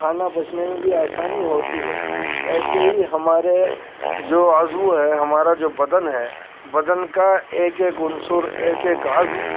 کھانا پچنے میں بھی آسانی ہوتی ہے ایسے ہی ہمارے جو عضو ہیں ہمارا جو بدن ہے بدن کا ایک ایک عنصر ایک ایک عضو